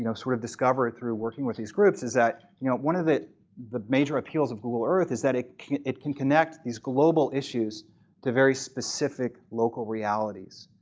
you know sort of discovered through working with these groups is that you know one of the major appeals of google earth is that it it can connect these global issues to very specific local realities.